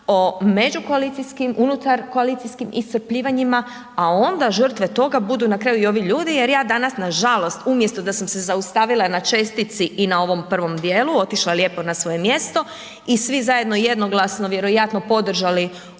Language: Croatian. o međukoalicijskim, unutarkoalicijskim iscrpljivanjima a onda žrtve toga budu na kraju i ovi ljudi jer ja danas nažalost umjesto da sam se zaustavila na čestitci i na ovom prvom djelu, otišla lijepo na svoje mjesto i svi zajedno jednoglasno vjerojatno podržali u petak